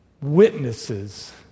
witnesses